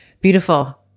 beautiful